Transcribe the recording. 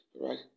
right